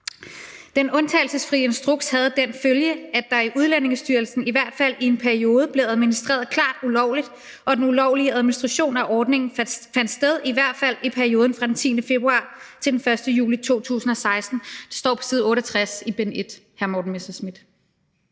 »Den undtagelsesfrie instruks havde den følge, at der i Udlændingestyrelsen i hvert fald i en periode blev administreret klart ulovligt, og den ulovlige administration af ordningen fandt sted i hvert fald i perioden fra den 10. februar til den 1. juli 2016.« Det står på side 68 i bind 1, hr. Morten Messerschmidt.